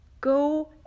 go